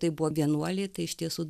tai buvo vienuoliai tai iš tiesų